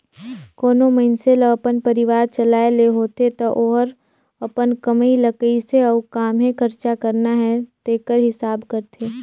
कोनो मइनसे ल अपन परिवार चलाए ले होथे ता ओहर अपन कमई ल कइसे अउ काम्हें खरचा करना हे तेकर हिसाब करथे